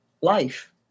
life